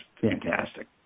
fantastic